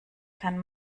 kann